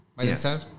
Yes